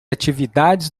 atividades